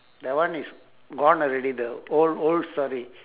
that one is gone already the old old story